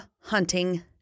hunting